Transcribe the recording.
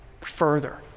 further